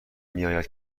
میآید